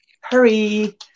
hurry